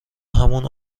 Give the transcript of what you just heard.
همون